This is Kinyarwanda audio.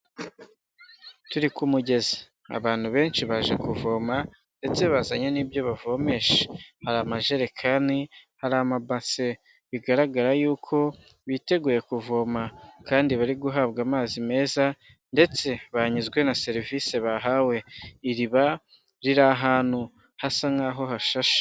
Turi ku mugezi, abantu benshi baje kuvoma ndetse bazanye n'ibyo bavomesha, hari amajerekani, hari amabase, bigaragara y'uko biteguye kuvoma kandi bari guhabwa amazi meza ndetse banyuzwe na serivisi bahawe, iriba riri ahantu hasa nk'aho hashashe.